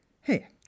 hey